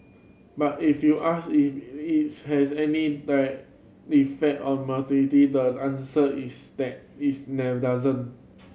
but if you ask if its has any die effect on the answer is that is never doesn't